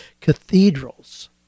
cathedrals